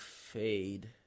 fade